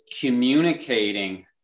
communicating